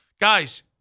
Guys